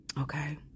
Okay